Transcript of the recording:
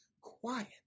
quiet